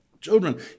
children